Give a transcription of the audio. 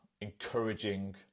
encouraging